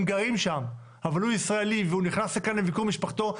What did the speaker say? הם גרים שם אבל הוא ישראלי והוא נכנס לכאן לביקור משפחתו,